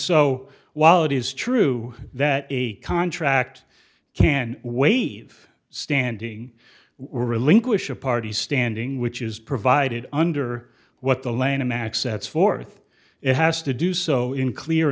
so while it is true that a contract can waive standing relinquish a party standing which is provided under what the lanham act sets forth it has to do so in clear